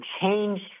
change